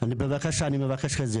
בבקשה אני מבקש.